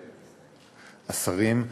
השרים,